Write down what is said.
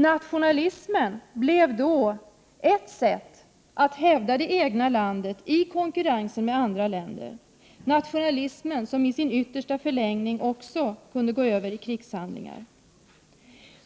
Nationalismen blev då ett sätt att hävda det egna landet i konkurrensen med andra länder — en nationalism som i sin yttersta förlängning också kunde gå över i krigshandlingar.